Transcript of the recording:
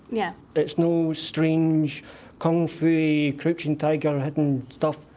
yeah it's no strange kung fuey crouching tiger hidden stuff,